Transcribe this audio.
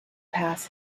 pass